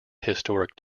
historic